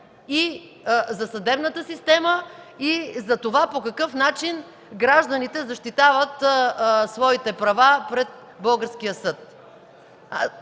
за съдебната система и за това по какъв начин гражданите защитават своите права пред българския съд.